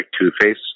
Two-Face